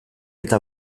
eta